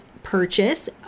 purchase